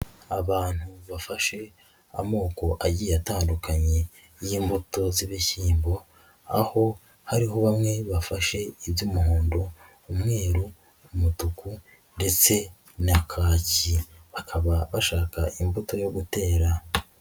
Abantu bafashe amoko agiye atandukanye y'imbuto z'ibishyimbo aho hariho bamwe bafashe iby'umuhondo, umweru, umutuku ndetse na kaki bakaba bashaka imbuto yo gutera.